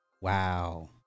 Wow